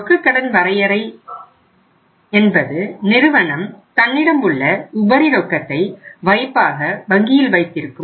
ரொக்கக்கடன் வரையறை என்பது நிறுவனம் தன்னிடம் உள்ள உபரி ரொக்கத்தை வைப்பாக வங்கியில் வைத்திருக்கும்